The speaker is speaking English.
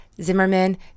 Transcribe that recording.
Zimmerman